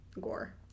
gore